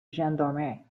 gendarmerie